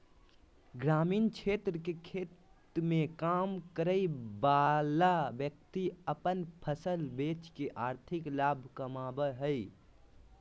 ग्रामीण क्षेत्र के खेत मे काम करय वला व्यक्ति अपन फसल बेच के आर्थिक लाभ कमाबय हय